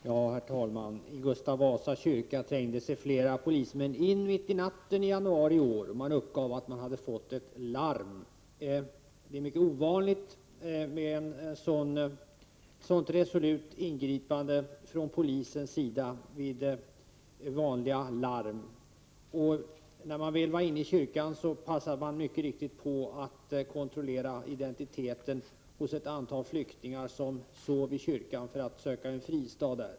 Herr talman! I Gustav Vasa kyrka trängde sig flera polismän in mitt i natten i januari i år. Man uppgav att man hade fått ett larm. Det är mycket ovanligt med ett så resolut ingripande från polisens sida vid vanliga larm. När man väl var inne i kyrkan passade man mycket riktigt på att kontrollera identiteten hos ett antal flyktingar som sov i kyrkan och sökte en fristad där.